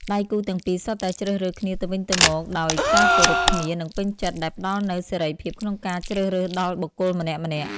ដៃគូទាំងពីរសុទ្ធតែជ្រើសរើសគ្នាទៅវិញទៅមកដោយ ការគោរពគ្នា និងពេញចិត្ត ដែលផ្តល់នូវ សេរីភាពក្នុងការជ្រើសរើសដល់បុគ្គលម្នាក់ៗ។